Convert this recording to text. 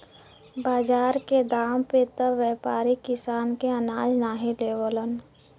बाजार के दाम पे त व्यापारी किसान के अनाज नाहीं लेवलन